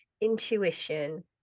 intuition